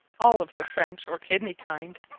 all of the french or kidney kind